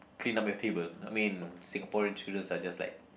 clean up your table I mean Singaporean children's are just like